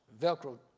Velcro